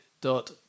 dot